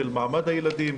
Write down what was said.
של מעמד הילדים.